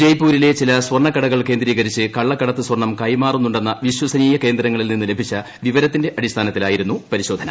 ജയ്പൂരിലെ ചില സ്വർണ കടകൾ കേന്ദ്രീകരിച്ച് കള്ളക്കടത്ത് സ്വർണം കൈമാറുന്നുണ്ടെന്ന വിശ്വസനീയ കേന്ദ്രങ്ങളിൽ നിന്ന് ലഭിച്ചു വിവരത്തിന്റെ അടിസ്ഥാനത്തിലായിരുന്നു പരിശോധന